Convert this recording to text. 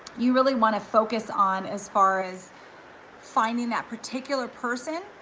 you really wanna focus on as far as finding that particular person,